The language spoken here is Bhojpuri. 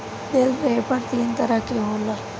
बेल रैपर तीन तरह के होला